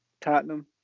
Tottenham